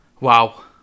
wow